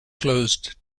closed